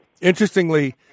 Interestingly